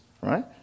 right